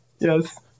Yes